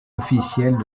officielles